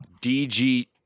DG